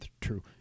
true